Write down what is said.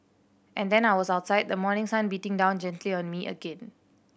and then I was outside the morning sun beating down gently on me again